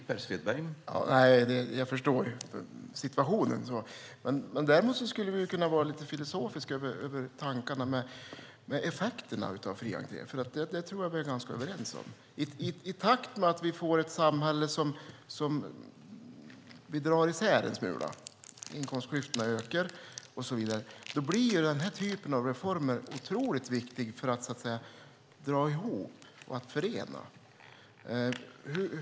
Herr talman! Jag förstår situationen. Däremot skulle vi kunna vara lite filosofiska i fråga om tankarna kring effekterna av fri entré. Jag tror att vi är ganska överens om det. I takt med att vi får ett samhälle som vi drar isär en smula - inkomstklyftorna ökar och så vidare - blir den här typen av reformer otroligt viktig för att dra ihop och förena.